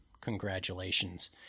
congratulations